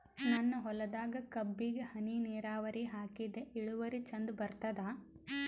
ನನ್ನ ಹೊಲದಾಗ ಕಬ್ಬಿಗಿ ಹನಿ ನಿರಾವರಿಹಾಕಿದೆ ಇಳುವರಿ ಚಂದ ಬರತ್ತಾದ?